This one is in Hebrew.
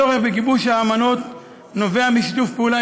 הצורך בגיבוש האמנות נובע משיתוף פעולה